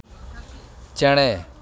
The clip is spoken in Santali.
ᱪᱮᱬᱮ